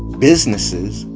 businesses,